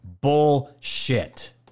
Bullshit